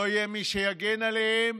לא יהיה מי שיגן עליהם.